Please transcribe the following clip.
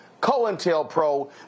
COINTELPRO